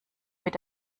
mit